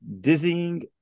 Dizzying